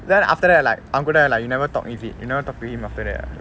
then after that like அவன்கூட:avankuda like you never talk is it you never talk to him after that ah